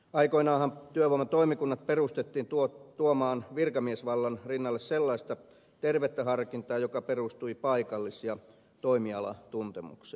aikoinaanhan työvoimatoimikunnat perustettiin tuomaan virkamiesvallan rinnalle sellaista tervettä harkintaa joka perustui paikallis ja toimialatuntemukseen